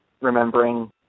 remembering